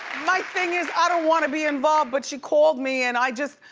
like thing is i don't wanna be involved, but she called me and i just,